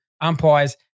umpires